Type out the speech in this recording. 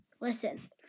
listen